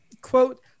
quote